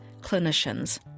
clinicians